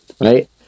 Right